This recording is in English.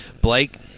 blake